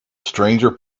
stranger